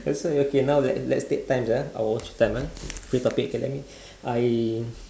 first off okay let's let's take turns ah I'll watch the time ah free topic okay let me I